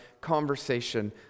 conversation